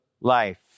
life